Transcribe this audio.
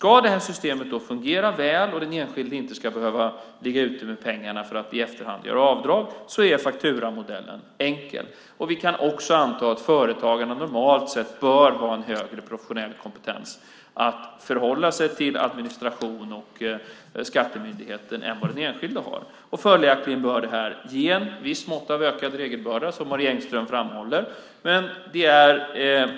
Om systemet ska fungera väl och den enskilde inte ska behöva ligga ute med pengarna för att i efterhand göra avdrag är fakturamodellen enkel. Vi kan också anta att företagarna normalt sett bör ha en högre professionell kompetens att förhålla sig till administration och till skattemyndigheten än den enskilde har. Följaktligen bör det här ge ett visst mått av ökad regelbörda, som Marie Engström framhåller, men det är